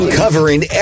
covering